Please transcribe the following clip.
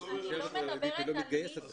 מי שהיא חרדית, היא לא מתגייסת.